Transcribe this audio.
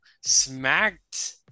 smacked